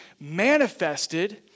manifested